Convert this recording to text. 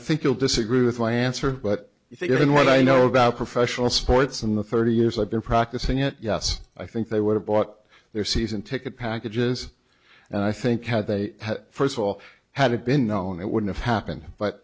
think you'll disagree with my answer but i think even what i know about professional sports in the thirty years i've been practicing it yes i think they would have bought their season ticket packages and i think had they had first of all had it been known it would've happened but